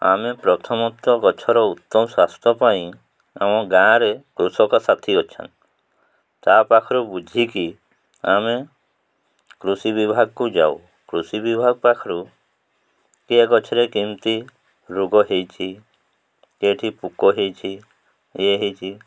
ଆମେ ପ୍ରଥମତଃ ଗଛର ଉତ୍ତମ ସ୍ୱାସ୍ଥ୍ୟ ପାଇଁ ଆମ ଗାଁରେ କୃଷକ ସାଥି ଅଛନ୍ ତା ପାଖରୁ ବୁଝିକି ଆମେ କୃଷି ବିଭାଗକୁ ଯାଉ କୃଷି ବିଭାଗ ପାଖରୁ କିଏ ଗଛରେ କେମିତି ରୋଗ ହେଇଛି କେଠି ପୋକ ହେଇଛି ଇଏ ହେଇଛି